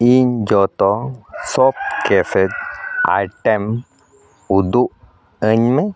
ᱤᱧ ᱡᱷᱚᱛᱚ ᱥᱚᱯ ᱠᱮᱥᱮᱥ ᱟᱭᱴᱮᱢ ᱩᱫᱩᱜ ᱟᱹᱧᱢᱮ